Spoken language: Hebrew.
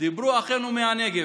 דיברו אחינו מהנגב.